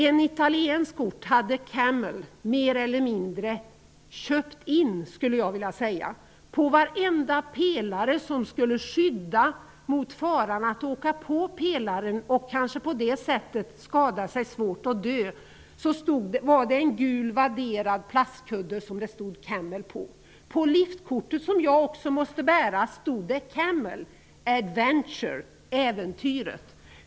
Jag skulle vilja säga att Camel mer eller mindre hade köpt in en italiensk ort. På varje pelare fanns det en gul vadderad plastkudde som skulle skydda mot faran att åka på pelaren och kanske på det sättet skada sig svårt och dö. På varenda en av dem stod det ''Camel''. På det liftkort som också jag måste bära stod det ''Camel--Adventure'' -- dvs. ''Äventyret''.